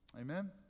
Amen